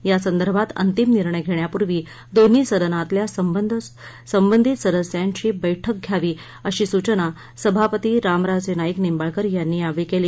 यासंदर्भात अंतिम निर्णय घेण्यापूर्वी दोन्ही सदनातल्या संबंध सदस्यांची बैठक घ्यावी अशी सूचना सभापती रामराजे नाईक निंबाळकर यांनी यावेळी केली